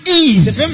ease